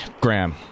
Graham